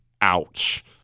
Ouch